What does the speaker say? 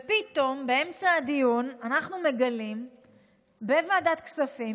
פתאום באמצע הדיון אנחנו מגלים בוועדת כספים,